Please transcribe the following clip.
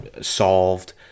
solved